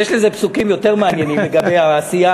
יש לזה פסוקים יותר מעניינים לגבי העשייה